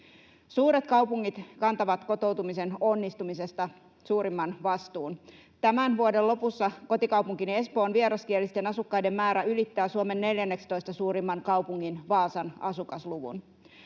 Suuret kaupungit kantavat kotoutumisen onnistumisesta suurimman vastuun. Tämän vuoden lopussa kotikaupunkini Espoon vieraskielisten asukkaiden määrä ylittää Suomen 14. suurimman kaupungin Vaasan asukasluvun.